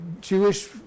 Jewish